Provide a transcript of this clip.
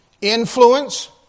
influence